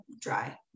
dry